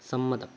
സമ്മതം